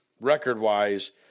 record-wise